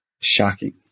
Shocking